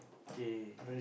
K